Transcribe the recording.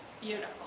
Beautiful